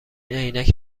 عینک